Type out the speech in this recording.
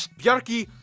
bjarki